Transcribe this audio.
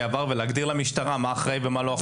עבר ולהגדיר למשטרה מה אחראי ומה לא אחראי.